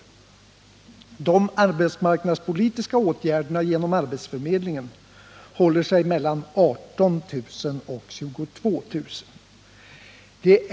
Antalet personer som är föremål för arbetsmarknadspolitiska åtgärder genom arbetsförmedlingen håller sig mellan 18 000 och 22 000.